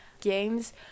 games